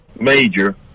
major